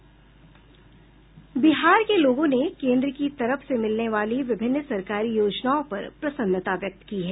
बिहार के लोगों ने केन्द्र की तरफ से मिलने वाली विभिन्न सरकारी योजनाओं पर प्रसन्नता व्यक्त की है